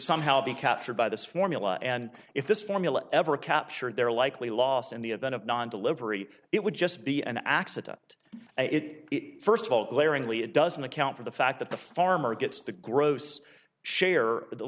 somehow be captured by this formula and if this formula ever captured their likely loss in the event of non delivery it would just be an accident it first of all glaringly it doesn't account for the fact that the farmer gets the gross share